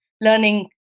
learning